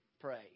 pray